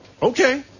Okay